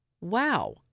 wow